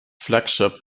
flagship